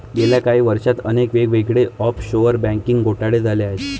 गेल्या काही वर्षांत अनेक वेगवेगळे ऑफशोअर बँकिंग घोटाळे झाले आहेत